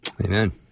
Amen